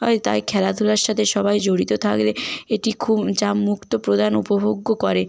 হয় তাই খেলাধুলার সাথে সবাই জড়িত থাকলে এটি খুব চাপ মুক্ত প্রদান উপভোগ্য করে